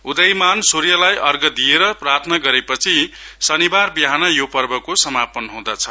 उदायमान सूर्यलाई मध्य दिएर प्रार्थना गरेपछि शनिवार विहान यो पर्वको समापन हुँदछ